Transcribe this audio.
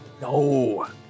No